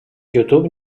youtube